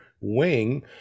wing